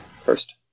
first